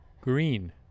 green